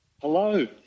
Hello